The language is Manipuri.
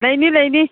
ꯂꯩꯅꯤ ꯂꯩꯅꯤ